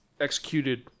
executed